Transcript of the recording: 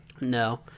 No